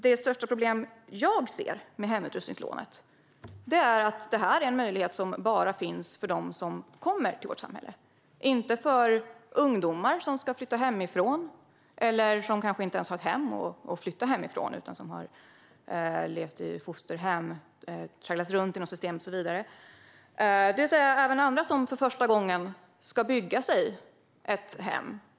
Det största problem jag ser med hemutrustningslånet är att det är en möjlighet som finns bara för dem som kommer till vårt samhälle, inte för ungdomar som ska flytta hemifrån, eller som kanske inte ens har ett hem att flytta från, som har levt i fosterhem och tragglat runt i systemet, och även andra som för första gången ska bygga sig ett hem.